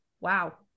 wow